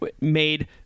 made